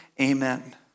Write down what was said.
Amen